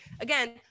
again